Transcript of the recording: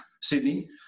Sydney